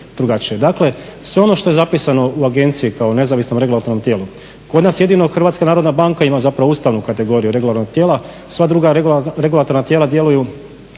Dakle, sve ono što je zapisano u agencije kao nezavisno regulatornom tijelu kod nas jedino Hrvatska narodna banka ima zapravo ustavnu kategoriju regulatornog tijela. Sva druga regulatorna tijela djeluju